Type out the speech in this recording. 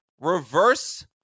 reverse